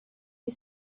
you